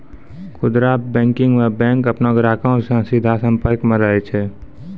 खुदरा बैंकिंग मे बैंक अपनो ग्राहको से सीधा संपर्क मे रहै छै